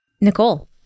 Nicole